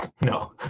No